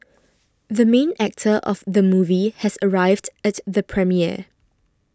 the main actor of the movie has arrived at the premiere